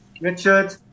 Richard